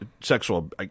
sexual